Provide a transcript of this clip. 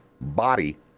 body